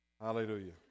Hallelujah